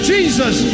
Jesus